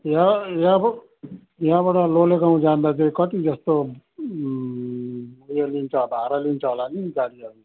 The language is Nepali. यहाँ यहाँ अब यहाँबाट लोले गाउँ जाँदा चाहिँ कति जस्तो ऊ यो लिन्छ भाडा लिन्छ होला नि गाडीहरूले